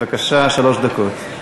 בבקשה, שלוש דקות.